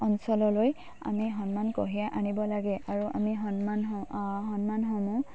অঞ্চললৈ আমি সন্মান কঢ়িয়াই আনিব লাগে আৰু আমি সন্মান সন্মানসমূহ